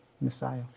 Messiah